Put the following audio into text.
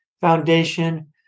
foundation